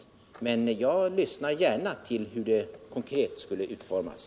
Men jag lyssnar gärna till hur det konkret skulle kunna utformas.